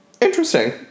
Interesting